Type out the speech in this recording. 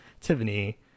Tiffany